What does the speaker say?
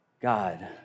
God